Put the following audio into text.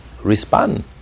respond